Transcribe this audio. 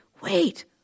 wait